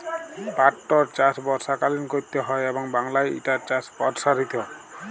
পাটটর চাষ বর্ষাকালীন ক্যরতে হয় এবং বাংলায় ইটার চাষ পরসারিত